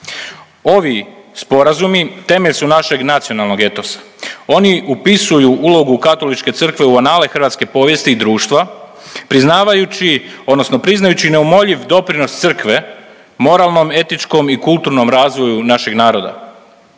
Ovi sporazumi temelj su našeg nacionalnog etosa. Oni upisuju ulogu Katoličke Crkve u anale hrvatske povijesti i društva, priznavajući odnosno priznajući neumoljiv doprinos Crkve moralnom, etičkom i kulturnom razvoju našeg naroda.